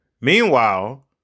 Meanwhile